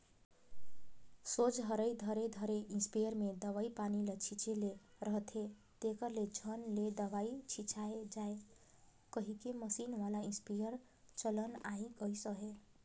सोझ हरई धरे धरे इस्पेयर मे दवई पानी ल छीचे ले रहथे, तेकर ले झट ले दवई छिचाए जाए कहिके मसीन वाला इस्पेयर चलन आए गइस अहे